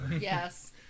Yes